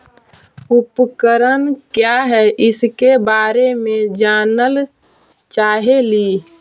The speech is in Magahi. उपकरण क्या है इसके बारे मे जानल चाहेली?